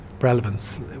relevance